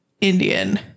Indian